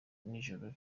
cy’ijoro